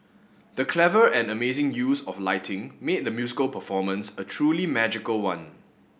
the clever and amazing use of lighting made the musical performance a truly magical one